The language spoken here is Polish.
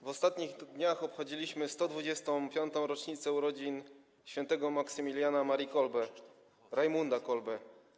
W ostatnich dniach obchodziliśmy 125. rocznicę urodzin św. Maksymiliana Marii Kolbego - Rajmunda Kolbego.